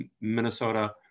Minnesota